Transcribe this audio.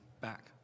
back